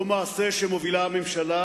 לא מעשה שמובילה הממשלה,